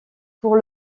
pour